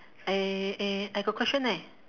eh eh I got question eh